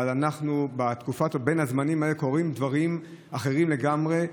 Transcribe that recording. אבל בתקופת בין הזמנים הזאת קורים דברים אחרים לגמרי,